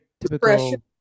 typical